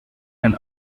and